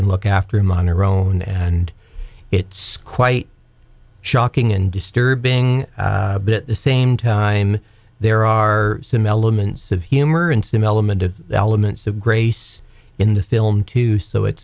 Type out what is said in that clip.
and look after him on her own and it's quite shocking and disturbing bit the same time there are some elements of humor and development of elements of grace in the film too so it